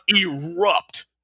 erupt